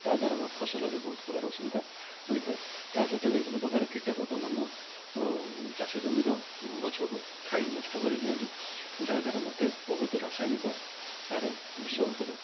ତାହାଦ୍ଵାରା ମୋ ଫସଲରେ ବହୁତ ପ୍ରକାର ଅସୁବିଧା ହୋଇଥାଏ ତା'ସହିତ ବିଭିନ୍ନ ପ୍ରକାର କୀଟପତଙ୍ଗ ମୋ ଚାଷଜମିର ଗଛକୁ ଖାଇକି ନଷ୍ଟ କରିଦିଅନ୍ତି ଯାହାଦ୍ଵାରା ମୋତେ ବହୁତ ରାସାୟନିକ ସାର ବିଷ ଉପରେ